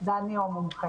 ודני הוא המומחה.